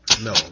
No